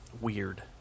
weird